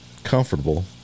comfortable